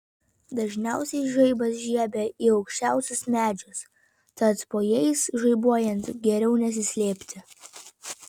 dažniausiai žaibas žiebia į aukščiausius medžius tad po jais žaibuojant geriau nesislėpti